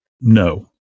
No